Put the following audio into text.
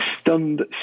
stunned